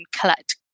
collect